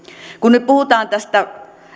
kun nyt puhutaan näistä